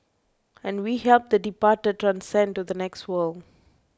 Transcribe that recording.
and we help the departed transcend to the next world